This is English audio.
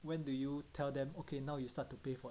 when do you tell them okay now you start to pay for